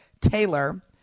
Taylor